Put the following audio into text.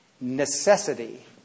necessity